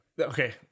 okay